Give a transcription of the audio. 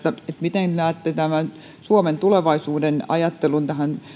miten näette tämän suomen tulevaisuuden ajattelun tähän